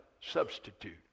substitute